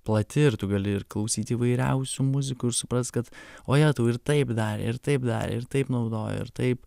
plati ir tu gali ir klausyt įvairiausių muzikų ir suprast kad o jetau ir taip darė ir taip darė ir taip naudojo ir taip